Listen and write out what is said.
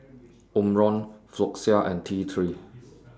Omron Floxia and T three